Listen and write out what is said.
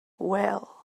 well